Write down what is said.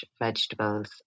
vegetables